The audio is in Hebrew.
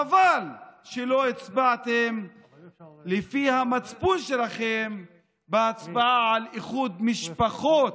חבל שלא הצבעתם לפי המצפון שלכם בהצבעה על איחוד משפחות.